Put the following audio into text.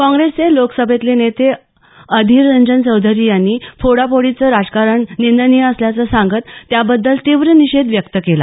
काँग्रेसचे लोकसभेतले नेते अधीर रंजन चौधरी यांनी फोडाफोडीचं राजकारण नींदनीय असल्याचं सांगत या बद्दल तीव्र निषेध व्यक्त केला